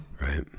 Right